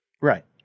Right